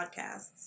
podcasts